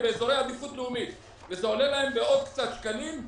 באזורי עדיפות לאומית וזה עולה להם עוד קצת שקלים,